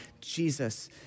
Jesus